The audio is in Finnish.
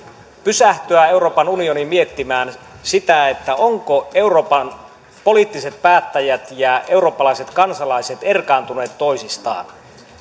pysähtyä miettimään sitä ovatko euroopan poliittiset päättäjät ja eurooppalaiset kansalaiset erkaantuneet toisistaan